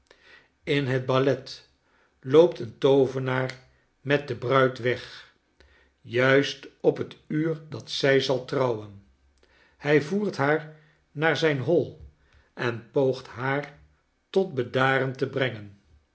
in het ballet loopt een toovenaar met de bruid weg juist op hetuur datzij zal trouwen hij voert haar naar zijn hoi en poogt haar tot bedaren te brengen